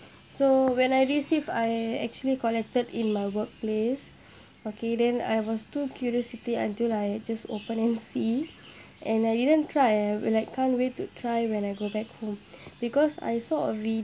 so when I received I actually collected in my workplace okay then I was too curiosity until I just open and see and I didn't try I like can't wait to try when I go back home because I saw a